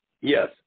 Yes